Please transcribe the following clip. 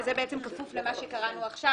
וזה כפוף למה שקראנו עכשיו,